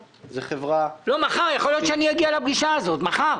יכול להיות שאגיע לפגישה הזאת מחר.